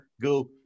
go